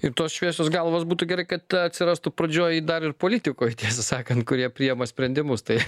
ir tos šviesos galvos būtų gerai kad atsirastų pradžioj dar ir politikoj tiesą sakant kurie priima sprendimus tai